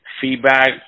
feedback